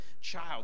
child